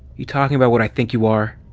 you talking about what i think you are?